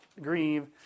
grieve